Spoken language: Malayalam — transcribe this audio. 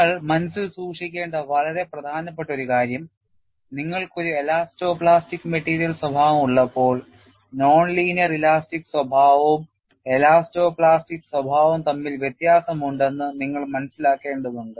നിങ്ങൾ മനസ്സിൽ സൂക്ഷിക്കേണ്ട വളരെ പ്രധാനപ്പെട്ട ഒരു കാര്യം നിങ്ങൾക്ക് ഒരു എലാസ്റ്റോ പ്ലാസ്റ്റിക് മെറ്റീരിയൽ സ്വഭാവം ഉള്ളപ്പോൾ നോൺ ലീനിയർ ഇലാസ്റ്റിക് സ്വഭാവവും എലാസ്റ്റോ പ്ലാസ്റ്റിക് സ്വഭാവവും തമ്മിൽ വ്യത്യാസമുണ്ടെന്ന് നിങ്ങൾ മനസ്സിലാക്കേണ്ടതുണ്ട്